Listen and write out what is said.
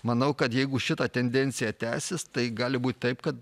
manau kad jeigu šita tendencija tęsis tai gali būti taip kad